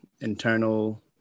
internal